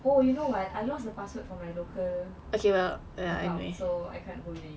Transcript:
oh you know what I lost my password for my local account so I cannot go in anymore